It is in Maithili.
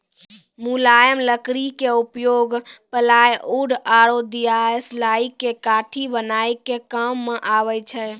मुलायम लकड़ी के उपयोग प्लायउड आरो दियासलाई के काठी बनाय के काम मॅ आबै छै